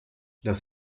das